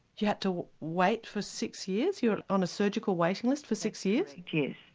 you had to wait for six years, you were on a surgical waiting list for six years? yes.